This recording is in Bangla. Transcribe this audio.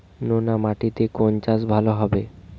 নোনা মাটিতে কোন চাষ ভালো হবে?